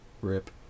Rip